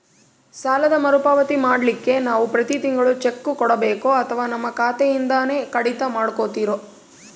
ಸಾಲದ ಮರುಪಾವತಿ ಮಾಡ್ಲಿಕ್ಕೆ ನಾವು ಪ್ರತಿ ತಿಂಗಳು ಚೆಕ್ಕು ಕೊಡಬೇಕೋ ಅಥವಾ ನಮ್ಮ ಖಾತೆಯಿಂದನೆ ಕಡಿತ ಮಾಡ್ಕೊತಿರೋ?